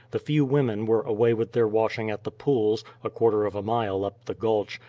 the few women were away with their washing at the pools, a quarter of a mile up the gulch,